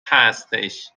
هستش